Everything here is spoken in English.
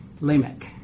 Lamech